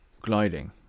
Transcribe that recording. gliding